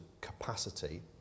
capacity